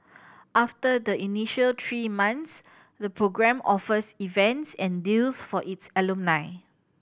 after the initial three months the program offers events and deals for its alumni